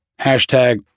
Hashtag